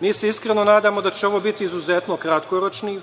Mi se iskreno nadamo da će ovo biti izuzetno kratkoročni